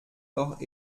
doch